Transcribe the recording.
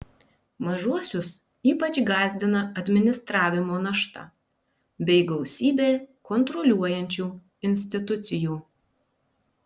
mažuosius ypač gąsdina administravimo našta bei gausybė kontroliuojančių institucijų